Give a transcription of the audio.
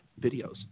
videos